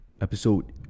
episode